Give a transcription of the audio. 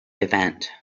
event